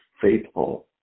faithful